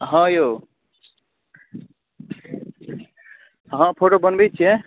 हँ यौ हँ फोटो बनबै छियै